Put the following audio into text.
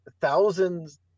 thousands